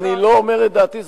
אני לא אומר את דעתי,